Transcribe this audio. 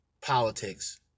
politics